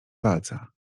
walca